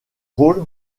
rôle